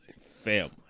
Family